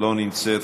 לא נמצאת,